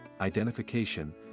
identification